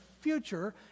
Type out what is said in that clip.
future